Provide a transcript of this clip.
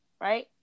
right